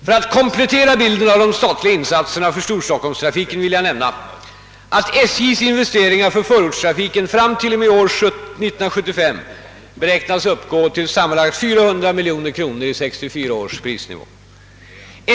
För att komplettera bilden av de statliga insatserna för storstockholmstrafiken vill jag nämna att SJ:s investeringar för förortstrafiken fram t.o.m. år 1975 beräknas uppgå till sammanlagt cirka 400 milj.kr. i 1964 års prisnivå.